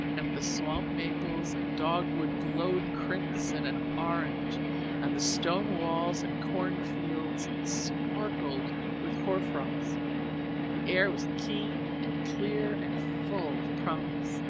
and the swamp maples and dogwood glowed crimson and orange and the stone walls and cornfields sparkled with hoar frost the air was keen and clear and full of promise.